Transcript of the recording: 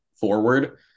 forward